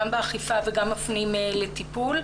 גם באכיפה וגם מפנים לטיפול.